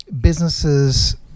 businesses